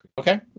Okay